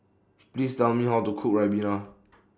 Please Tell Me How to Cook Ribena